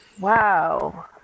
Wow